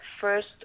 first